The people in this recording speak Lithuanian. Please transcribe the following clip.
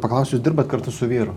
paklausiu jūs dirbat kartu su vyru